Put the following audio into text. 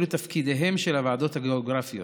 אלו תפקידיהן של הוועדות הגיאוגרפיות.